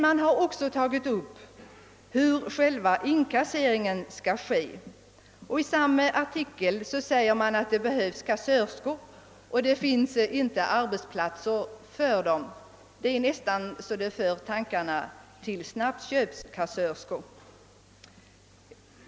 Man har också tagit upp frågan om hur själva inkasseringen skall gå till. I samma artikel står det att det behövs kassörskor men att det inte finns arbetsplatser för dem. Det är nästan så att detta för tankarna till snabbköpskassor.